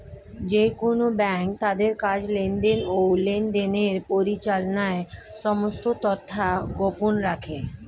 যেকোন ব্যাঙ্ক তাদের কাজ, লেনদেন, ও লেনদেনের পরিচালনার সমস্ত তথ্য গোপন রাখে